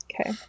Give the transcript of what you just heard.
Okay